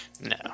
No